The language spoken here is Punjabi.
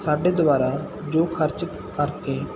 ਸਾਡੇ ਦੁਆਰਾ ਜੋ ਖਰਚ ਕਰਕੇ